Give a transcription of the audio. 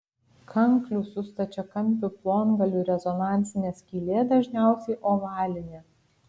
kanklių su stačiakampiu plongaliu rezonansinė skylė dažniausiai ovalinė